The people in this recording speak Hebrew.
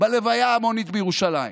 בלוויה ההמונית בירושלים?